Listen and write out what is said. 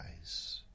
eyes